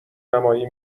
نمایی